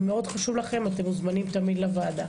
אם מאוד חשוב לכם - אתם מוזמנים תמיד לוועידה.